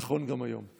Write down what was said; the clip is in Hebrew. נכון גם היום.